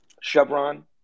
Chevron